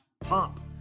pomp